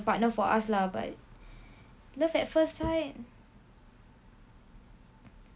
partner for us lah but love at first sight